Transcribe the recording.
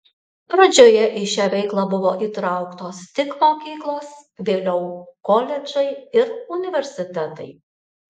pradžioje į šią veiklą buvo įtrauktos tik mokyklos vėliau koledžai ir universitetai